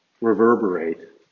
reverberate